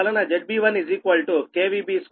66 KV